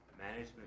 management